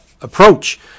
approach